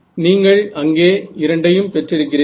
நீங்கள் அங்கே இரண்டையும் பெற்றிருக்கிறீர்கள்